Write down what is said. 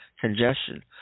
congestion